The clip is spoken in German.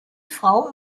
frau